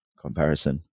comparison